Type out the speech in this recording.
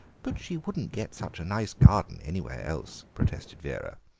but she wouldn't get such a nice garden anywhere else, protested vera,